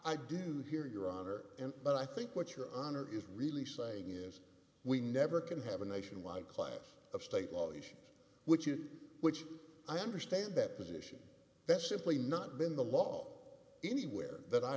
i do here your honor in but i think what your honor is really saying is we never can have a nationwide class of state law which is which i understand that position that's simply not been the law anywhere that i